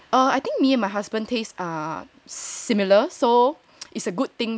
err I think me and my husband taste are similar so it's a good thing